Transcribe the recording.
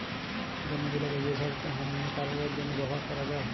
জমি গুলাকে যে ছব কারলের জ্যনহে ব্যাভার ক্যরা যায়